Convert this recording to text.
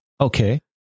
Okay